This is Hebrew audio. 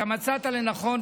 אתה מצאת לנכון,